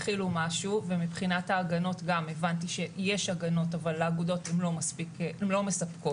מבחינת ההגנות, הבנתי שיש הגנות אבל הן לא מספקות.